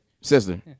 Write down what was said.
Sister